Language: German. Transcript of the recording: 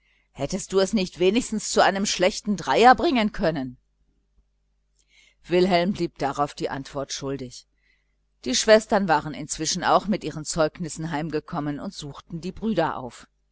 hättest du es nicht wenigstens zu einem schlechten dreier bringen können wilhelm blieb darauf die antwort schuldig die schwestern waren inzwischen auch mit ihren zeugnissen heimgekommen und suchten die brüder auf